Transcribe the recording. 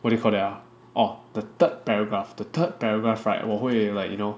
what you call that ah oh the third paragraph the third paragraph right 我会 like you know